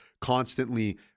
constantly